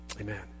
amen